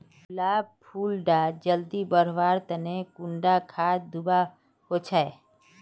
गुलाब फुल डा जल्दी बढ़वा तने कुंडा खाद दूवा होछै?